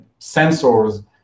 sensors